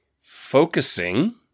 focusing